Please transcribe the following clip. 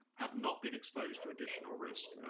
have not been exposed to additional risk,